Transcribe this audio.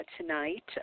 tonight